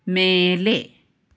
ಮೇಲೆ